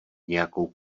nějakou